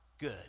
good